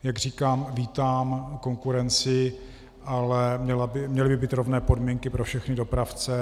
Jak říkám, vítám konkurenci, ale měly by být rovné podmínky pro všechny dopravce.